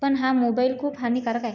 पण हा मोबाईल खूप हानिकारक आहे